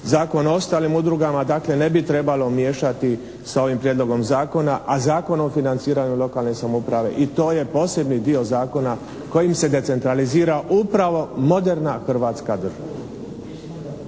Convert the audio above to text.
Zakon o ostalim udrugama, dakle ne bi trebalo miješati sa ovim prijedlogom zakona a Zakon o financiranju lokalne samouprave i to je posebni dio zakona kojim se decentralizira upravo moderna Hrvatska država.